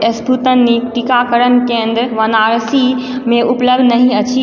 Sputnik टीकाकरण केंद्र वाराणसी मे उपलब्ध नहि अछि